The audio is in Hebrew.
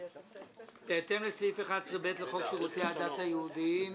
2019 בהתאם לסעיף 11ב לחוק שירותי הדת היהודיים ,